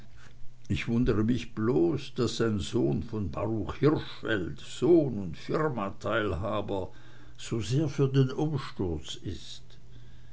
ich wundere mich bloß daß ein sohn von baruch hirschfeld sohn und firmateilhaber so sehr für den umsturz ist